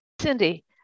Cindy